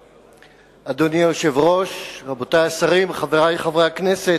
אדוני היושב-ראש, רבותי השרים, חברי חברי הכנסת,